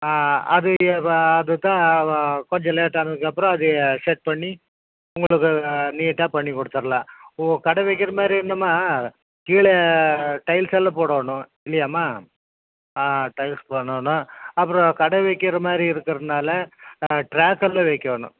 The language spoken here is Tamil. ஆ அது வ அது தான் கொஞ்சம் லேட் ஆனதுக்கப்பறம் அது செட் பண்ணி உங்களுக்கு நீட்டாக பண்ணிக் கொடுத்தர்லாம் ஓ கடை வைக்கிற மாதிரி இருந்தோம்மா கீழ டைல்ஸ்ஸெல்லாம் போடணும் இல்லையாம்மா டைல்ஸ் போடணும் அப்புறம் கடை வைக்கிற மாதிரி இருக்கறதுனால ட்ரேக்கர்லாம் வைக்கோணும்